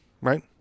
Right